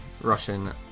Russian